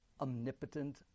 omnipotent